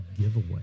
giveaway